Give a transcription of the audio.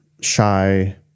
shy